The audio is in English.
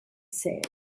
said